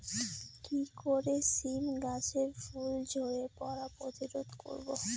কি করে সীম গাছের ফুল ঝরে পড়া প্রতিরোধ করব?